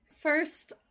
First